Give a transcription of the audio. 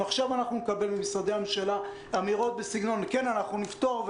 אם עכשיו אנחנו נקבל ממשרדי הממשלה אמירות בסגנון: אנחנו נפתור,